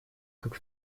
как